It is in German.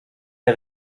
der